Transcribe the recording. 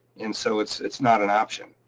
and so it's it's not an option.